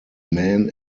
men